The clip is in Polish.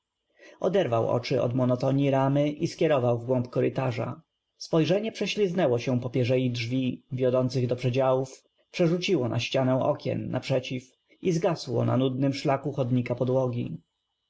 oczy od m onotonii ram y i skie row ał w głąb k orytarza spojrzenie prześliz nęło się po pierzei drzwi w iodących do prze działów przerzuciło na ścianę okien naprzeciw i zgasło na nudnym szlaku chodnika p